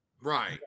Right